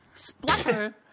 Splatter